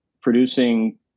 producing